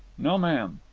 no, ma'am.